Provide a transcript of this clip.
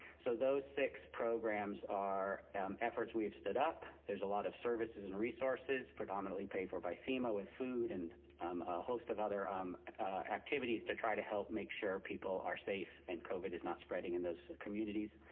so those six programs are efforts we've stood up. there's a lot of services and resources predominantly paid for by fema, with food and um a host of other um activities to try to help make sure people are safe and covid is not spreading in those communities.